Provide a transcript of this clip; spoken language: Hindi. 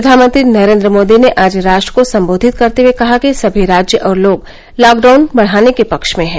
प्रधानमंत्री नरेन्द्र मोदी ने आज राष्ट्र को संबोधित करते हुए कहा कि सभी राज्य और लोग लॉकडाउन बढ़ाने के पक्ष में हैं